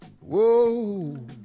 Whoa